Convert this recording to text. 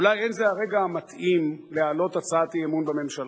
אולי אין זה הרגע המתאים להעלות הצעת אי-אמון בממשלה,